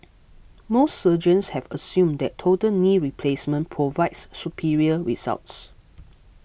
most surgeons have assumed that total knee replacement provides superior results